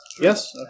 Yes